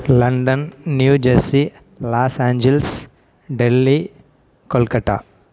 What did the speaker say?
London new jersey Los Angeles Delhi Kolkata